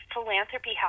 philanthropy